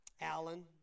Allen